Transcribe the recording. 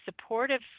supportive